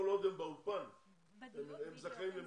כל עוד הם באולפן הם זכאים למגורים.